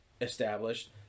established